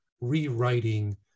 rewriting